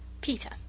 PETER